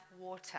water